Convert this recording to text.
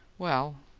well,